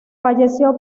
falleció